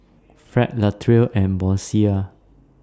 Fred Latrell and Boysie